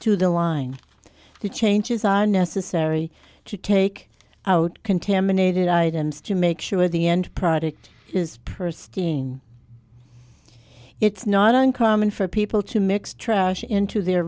to the line the changes are necessary to take out contaminated items to make sure the end product is purse king it's not uncommon for people to mix trash into their